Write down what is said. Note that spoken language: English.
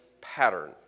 pattern